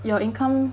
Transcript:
your income